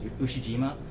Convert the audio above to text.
Ushijima